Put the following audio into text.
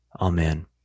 Amen